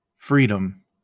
Freedom